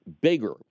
bigger